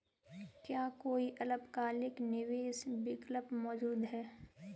क्या कोई अल्पकालिक निवेश विकल्प मौजूद है?